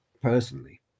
personally